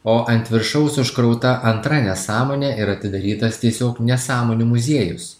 o ant viršaus užkrauta antra nesąmonė ir atidarytas tiesiog nesąmonių muziejus